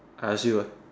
I ask you ah